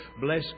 Bless